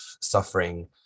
suffering